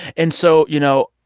and so, you know,